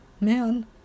man